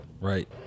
right